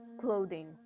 clothing